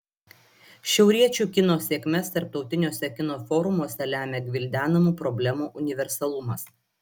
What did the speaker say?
šiauriečių kino sėkmes tarptautiniuose kino forumuose lemia gvildenamų problemų universalumas